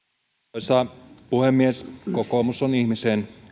arvoisa puhemies kokoomus on ihmiseen